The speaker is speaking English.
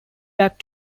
back